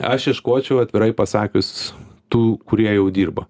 aš ieškočiau atvirai pasakius tų kurie jau dirba